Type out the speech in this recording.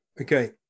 Okay